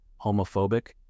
homophobic